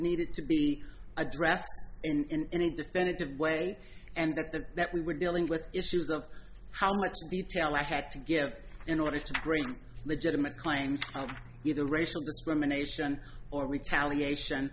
needed to be addressed in any definitive way and that the that we were dealing with issues of how much detail i had to give in order to bring legitimate claims of either racial discrimination or retaliation